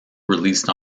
released